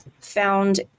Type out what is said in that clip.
found